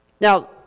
Now